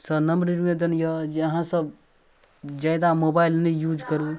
सँ नम्र निवेदन इएह अइ जे अहाँसभ जादा मोबाइल नहि यूज करू